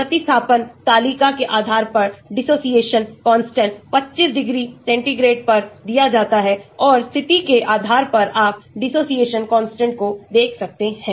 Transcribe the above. प्रतिस्थापन तालिका के आधार पर dissociation constant25 डिग्री सेंटीग्रेड पर दिया जाता है और स्थिति के आधार पर आप dissociation constant को देखसकते हैं